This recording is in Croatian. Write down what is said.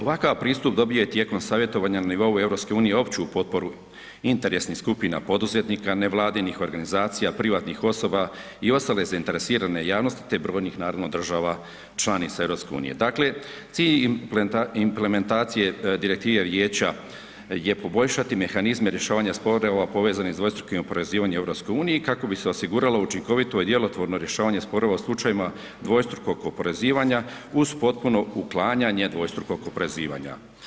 Ovakav pristup dobije tijekom savjetovanja na nivou EU-a opću potporu interesnih skupina poduzetnika, nevladinih organizacija, privatnih osoba i ostale zainteresirane javnosti te brojnih naravno država članica EU-a, dakle cilj implementacije direktive Vijeća je poboljšati mehanizme rješavanja sporova povezanih s dvostrukim oporezivanjem u EU kako bi se osiguralo učinkovito i djelotvorno rješavanje sporova u slučajevima dvostrukog oporezivanja uz potpuno uklanjanje dvostrukog oporezivanja.